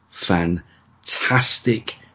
fantastic